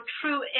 true